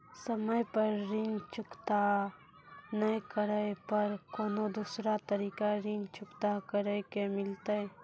समय पर ऋण चुकता नै करे पर कोनो दूसरा तरीका ऋण चुकता करे के मिलतै?